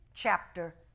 chapter